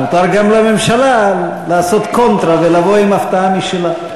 מותר גם לממשלה לעשות קונטרה ולבוא עם הפתעה משלה.